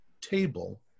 table